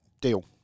Deal